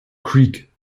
creek